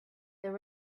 there